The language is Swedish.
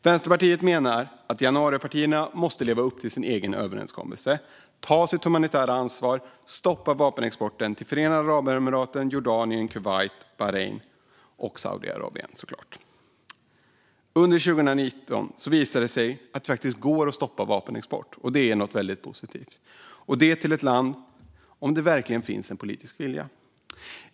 Vänsterpartiet menar att januaripartierna måste leva upp till sin egen överenskommelse, ta sitt humanitära ansvar och stoppa vapenexporten till Förenade Arabemiraten, Jordanien, Kuwait, Bahrain och Saudiarabien. Under 2019 visade det sig att det faktiskt går att stoppa vapenexport till ett land om det verkligen finns en politisk vilja, och det är väldigt positivt.